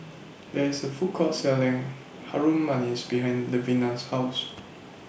There IS A Food Court Selling Harum Manis behind Levina's House